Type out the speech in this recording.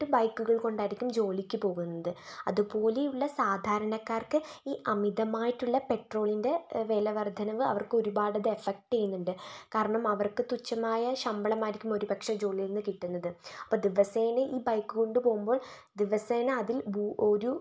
ബൈക്കുകൾ കൊണ്ടായിരിക്കും ജോലിക്കു പോകുന്നത് അതുപോലെയുള്ള സാധാരണക്കാർക്ക് ഈ അമിതമായിട്ടുള്ള പെട്രോളിൻ്റെ വിലവർദ്ധനവ് അവർക്ക് ഒരുപാടത് എഫക്ട് ചെയ്യുന്നുണ്ട് കാരണം അവർക്കു തുച്ഛമായ ശമ്പളമായിരിക്കും ഒരുപക്ഷേ ജോലിയിൽ നിന്നും കിട്ടുന്നത് അപ്പോൾ ദിവസേന ഈ ബൈക്ക് കൊണ്ടു പോകുമ്പോൾ ദിവസേന അതിൽ ഒരു